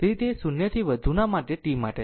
તેથી તે 0 થી વધુના t માટે છે